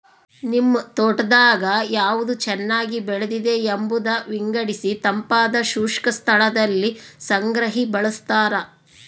ನಿಮ್ ತೋಟದಾಗ ಯಾವ್ದು ಚೆನ್ನಾಗಿ ಬೆಳೆದಿದೆ ಎಂಬುದ ವಿಂಗಡಿಸಿತಂಪಾದ ಶುಷ್ಕ ಸ್ಥಳದಲ್ಲಿ ಸಂಗ್ರಹಿ ಬಳಸ್ತಾರ